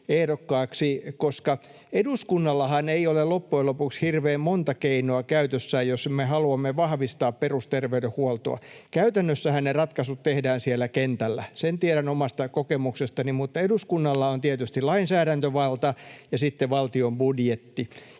koska eduskunnallahan ei ole loppujen lopuksi hirveän monta keinoa käytössään, jos me haluamme vahvistaa perusterveydenhuoltoa. Käytännössähän ne ratkaisut tehdään siellä kentällä, sen tiedän omasta kokemuksestani, mutta eduskunnalla on tietysti lainsäädäntövalta ja sitten valtion budjetti,